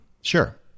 Sure